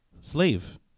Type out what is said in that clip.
Slave